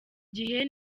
gihe